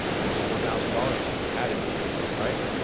almost four thousand dollars just added right